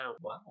Wow